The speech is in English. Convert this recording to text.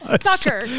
Soccer